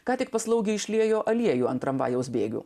ką tik paslaugiai išliejo aliejų ant tramvajaus bėgių